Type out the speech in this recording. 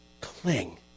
Cling